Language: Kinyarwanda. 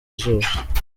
izuba